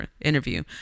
interview